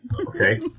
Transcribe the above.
okay